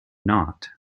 not